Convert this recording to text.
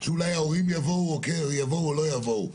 שההורים יבואו או לא יבואו,